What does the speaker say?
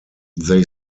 they